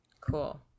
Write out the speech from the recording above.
Cool